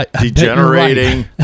degenerating